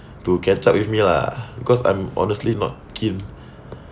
to catch up with me lah because I'm honestly not keen